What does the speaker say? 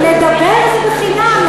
לדבר זה בחינם.